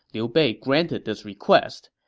liu bei granted this request.